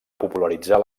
popularitzar